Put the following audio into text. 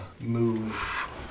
move